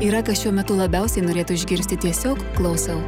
yra kas šiuo metu labiausiai norėtų išgirsti tiesiog klausau